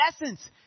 essence